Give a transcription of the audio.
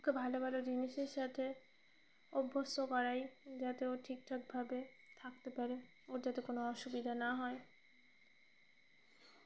কে ভালো ভালো জিনিসের সাথে অভ্যস্ত করাই যাতে ও ঠিক ঠাকভাবে থাকতে পারে ওর যাতে কোনো অসুবিধা না হয়